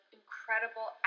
incredible